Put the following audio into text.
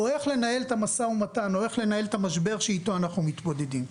או איך לנהל את המשא ומתן או איך לנהל את המשבר שאיתו אנחנו מתמודדים.